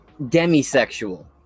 Demisexual